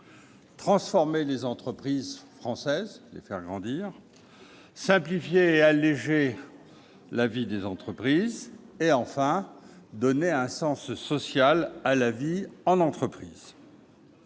transformer les entreprises françaises et les faire grandir ; simplifier et alléger la vie des entreprises ; et, enfin, donner un sens social à la vie en entreprise.